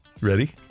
Ready